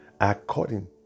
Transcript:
according